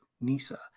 NISA